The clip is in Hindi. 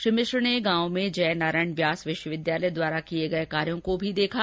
श्री मिश्र ने गांव में जय नारायण व्यास विश्वविद्यालय द्वारा किए गए कार्यो को भी देखा